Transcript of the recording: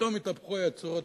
ופתאום התהפכו היוצרות.